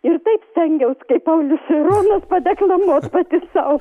ir taip stengiaus kaip paulius šironas padeklamuot pati sau